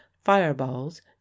fireballs